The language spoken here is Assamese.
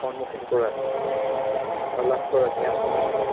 সন্মুখীন কৰা বা লাভ কৰা জ্ঞানসমূহ